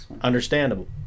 understandable